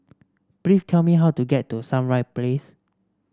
please tell me how to get to Sunrise Place